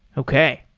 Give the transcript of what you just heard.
okay.